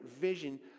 vision